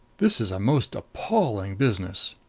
this is a most appalling business!